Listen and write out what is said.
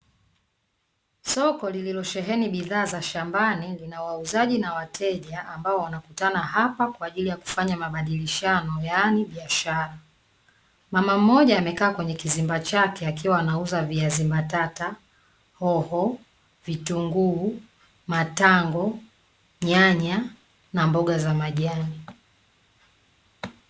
Soko lililosheheni bidhaa za shambani, lina wauzaji na wateja ambao wanakutana hapa kwa ajili ya kufanya mabadilishano, yaani biashara. Mama mmoja amekaa kwenye kizimba chake akiwa anauza viazi mbatata, hoho, vitunguu, matango, nyanya na mboga za majani.